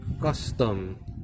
custom